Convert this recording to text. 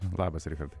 labas richardai